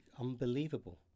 unbelievable